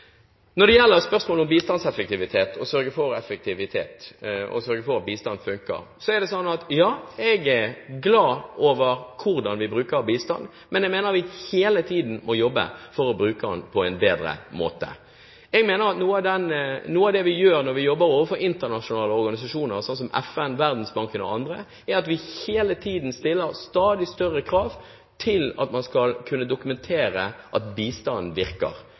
Når det gjelder spørsmålet om bistandseffektivitet, det å sørge for at bistanden funker, er det sånn at jeg er glad for hvordan vi bruker bistanden, men jeg mener vi hele tiden må jobbe for å bruke den på en bedre måte. Noe av det vi gjør når vi jobber overfor internasjonale organisasjoner, slik som FN, Verdensbanken og andre, er at vi hele tiden stiller stadig større krav til at man skal kunne dokumentere at bistanden virker,